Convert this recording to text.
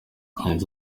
yagize